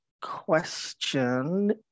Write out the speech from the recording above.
question